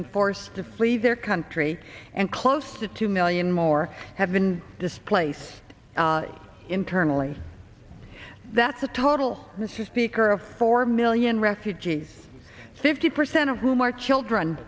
been forced to flee their country and close to two million more have been displaced internally that's a total mr speaker of four million refugees fifty percent of whom are children